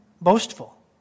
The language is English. boastful